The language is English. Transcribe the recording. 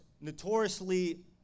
notoriously